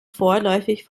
vorläufig